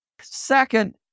Second